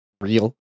real